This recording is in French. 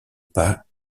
pas